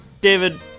David